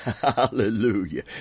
Hallelujah